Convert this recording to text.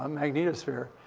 um magnetosphere.